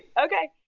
okay.